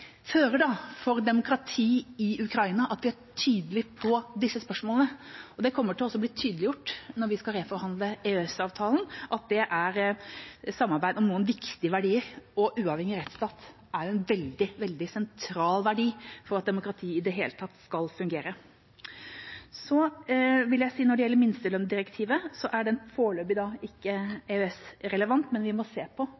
er tydelige i disse spørsmålene. Det kommer også til å bli tydeliggjort når vi skal reforhandle EØS-avtalen, at det er samarbeid om noen viktige verdier, og en uavhengig rettsstat er en veldig, veldig sentral verdi for at demokratiet i det hele tatt skal fungere. Når det gjelder minstelønnsdirektivet, vil jeg si at dette foreløpig ikke er EØS-relevant, men vi må se på